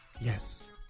Yes